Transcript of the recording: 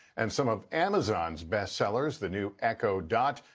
and some of amazon's best sellers, the new echo dot,